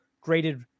graded